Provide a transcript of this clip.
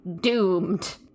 Doomed